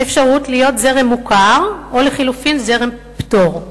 אפשרות להיות זרם מוכר או לחלופין זרם פטור,